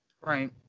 Right